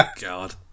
God